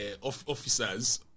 officers